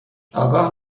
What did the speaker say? آگاه